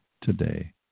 today